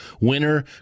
Winner